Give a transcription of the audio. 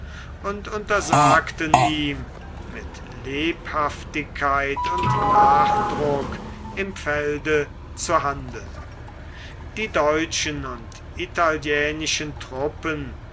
und untersagten ihm mit lebhaftigkeit und nachdruck im felde zu handeln die deutschen und italienischen treppen